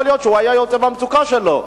יכול להיות שהוא יצא מהמצוקה שלו.